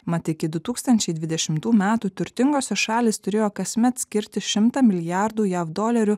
mat iki du tūkstnančiai dvidešimtų metų turtingosios šalys turėjo kasmet skirti šimtą milijardų jav dolerių